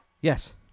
Yes